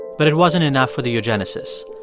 but it wasn't enough for the eugenicists.